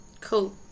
Cool